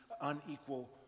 unequal